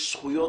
יש זכויות